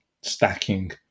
stacking